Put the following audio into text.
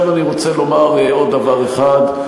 עכשיו אני רוצה לומר עוד דבר אחד.